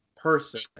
person